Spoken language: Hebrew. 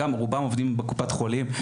רובם עובדים בקופת חולים.